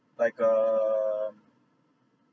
like err